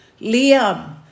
Liam